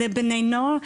לבני נוער,